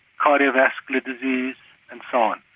cardiovascular disease and so on.